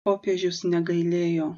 popiežius negailėjo